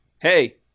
Hey